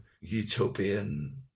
utopian